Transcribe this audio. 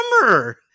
summer